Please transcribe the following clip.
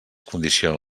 condiciona